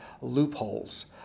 loopholes